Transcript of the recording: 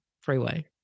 freeway